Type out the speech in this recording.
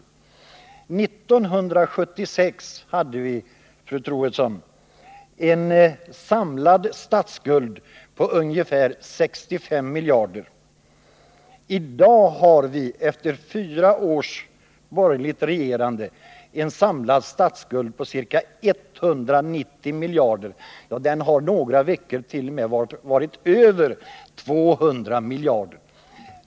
År 1976 hade vi, fru Troedsson, en samlad statsskuld på ungefär 65 miljarder. I dag har vi efter fyra års borgerligt regerande en samlad statsskuld på ca 190 miljarder — den har några veckor t.o.m. varit över 200 miljarder.